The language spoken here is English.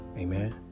Amen